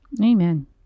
Amen